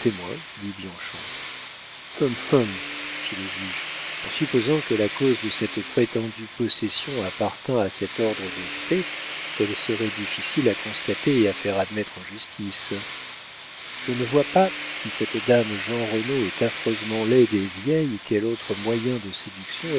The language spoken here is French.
hum hum fit le juge en supposant que la cause de cette prétendue possession appartînt à cet ordre de faits elle serait difficile à constater et à faire admettre en justice je ne vois pas si cette dame jeanrenaud est affreusement laide et vieille quel autre moyen de séduction